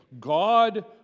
God